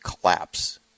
collapse